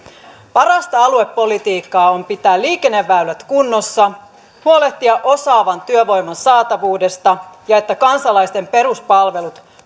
parasta aluepolitiikkaa on pitää liikenneväylät kunnossa huolehtia osaavan työvoiman saatavuudesta ja siitä että kansalaisten peruspalvelut